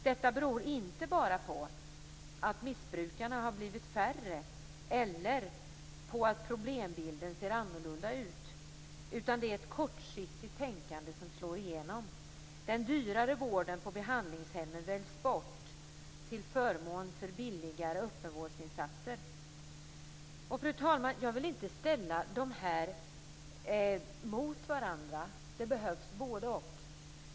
Detta beror inte bara på att missbrukarna blivit färre eller på att problembilden ser annorlunda ut, utan det är resultatet av ett kortsiktigt tänkande som slår igenom. Den dyrare vården på behandlingshemmen väljs bort till förmån för billigare öppenvårdsinsatser. Fru talman! Jag vill inte ställa dessa två mot varandra. Det behövs både-och.